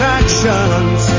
actions